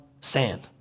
sand